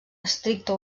estricta